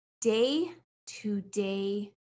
day-to-day